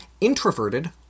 introverted